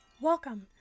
Welcome